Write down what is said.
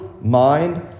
mind